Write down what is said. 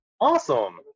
awesome